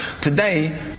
Today